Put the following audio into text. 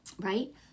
right